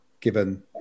given